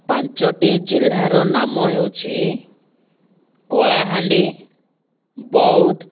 ପାଞ୍ଚଟି ଜିଲ୍ଲାର ନାମ ହେଉଛି କଳାହାଣ୍ଡି ବୌଦ୍ଧ